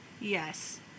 yes